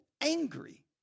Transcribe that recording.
angry